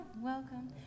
welcome